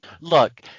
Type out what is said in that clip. look